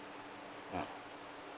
ah